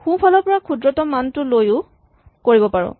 সোঁফালৰ পৰা ক্ষুদ্ৰতম মানটো লৈয়ো কৰিব পাৰা